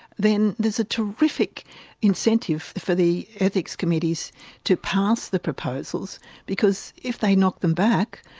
then there's a terrific incentive for the ethics committees to pass the proposals because if they knock them back,